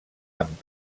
amb